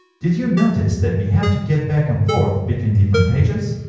did you notice that we have to get back and forth between different pages?